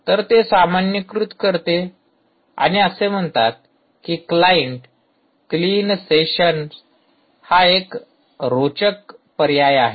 तर ते सामान्यीकृत करते आणि असे म्हणतात की क्लायंट क्लीन सेशन्स एक रोचक पर्याय आहे